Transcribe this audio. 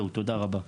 תודה רבה.